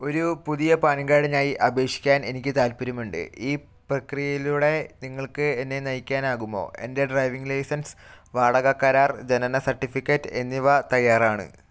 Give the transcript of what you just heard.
ഒരു പുതിയ പാൻ കാർഡിനായി അപേക്ഷിക്കാൻ എനിക്ക് താൽപ്പര്യമുണ്ട് ഈ പ്രക്രിയയിലൂടെ നിങ്ങൾക്ക് എന്നെ നയിക്കാനാകുമോ എൻ്റെ ഡ്രൈവിംഗ് ലൈസൻസ് വാടക കരാർ ജനന സർട്ടിഫിക്കറ്റ് എന്നിവ തയ്യാറാണ്